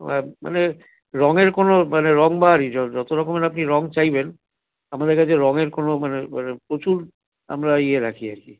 মানে রঙের কোনও মানে রঙবাহারি যত রকমের আপনি রঙ চাইবেন আমাদের কাছে রঙয়ের কোনও মানে মানে প্রচুর আমরা ইয়ে রাখি আর কি